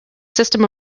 system